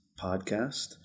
podcast